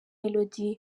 melody